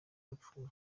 yapfuye